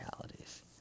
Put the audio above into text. realities